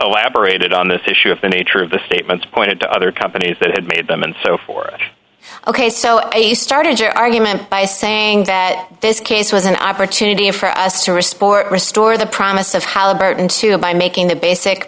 elaborated on this issue of the nature of the statements pointed to other companies that had made them and so forth ok so you started your argument by saying that this case was an opportunity for us to respond restore the promise of halliburton to by making the basic